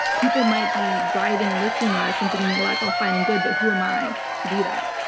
people might be driving and listening to us and thinking, well, that's all fine and good, but who am i to do that?